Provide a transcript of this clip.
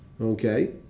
Okay